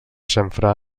xamfrà